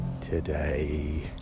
today